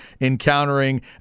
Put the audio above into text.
encountering